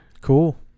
Cool